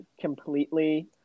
completely